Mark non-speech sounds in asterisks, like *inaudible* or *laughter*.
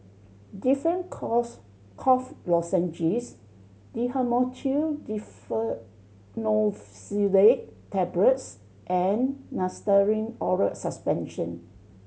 Difflam *unintelligible* Cough Lozenges Dhamotil Diphenoxylate Tablets and Nystatin Oral Suspension